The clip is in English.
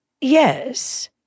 Yes